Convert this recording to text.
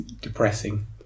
depressing